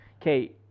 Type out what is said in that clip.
Okay